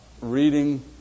reading